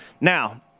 now